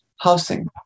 housing